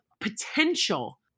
potential